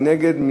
מי נגד?